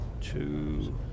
Two